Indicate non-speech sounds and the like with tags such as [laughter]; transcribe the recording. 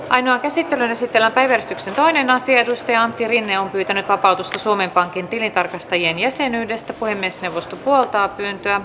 [unintelligible] ainoaan käsittelyyn esitellään päiväjärjestyksen toinen asia antti rinne on pyytänyt vapautusta suomen pankin tilintarkastajien jäsenyydestä puhemiesneuvosto puoltaa pyyntöä [unintelligible]